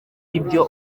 ibyo